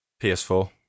PS4